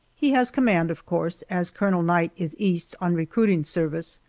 he has command, of course, as colonel knight is east on recruiting service,